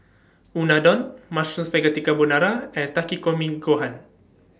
Unadon Mushroom Spaghetti Carbonara and Takikomi Gohan